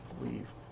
leave